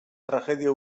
tragedia